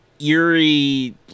eerie